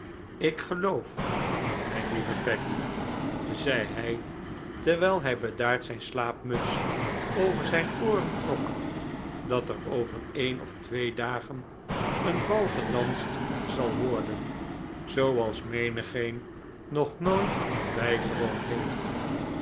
ik geloof mijn lieve peggy zeide hij terwijl hij bedaard zijn slaapmuts over zijn ooren trok dat er over een of twee dagen een bal gedanst zal worden zooals menigeen nog nooit bijgewoond heeft